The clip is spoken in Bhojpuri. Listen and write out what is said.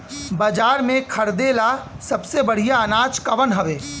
बाजार में खरदे ला सबसे बढ़ियां अनाज कवन हवे?